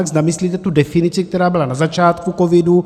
Zda myslíte tu definici, která byla na začátku covidu.